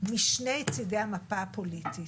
בשני צדי המפה הפוליטית.